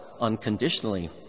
unconditionally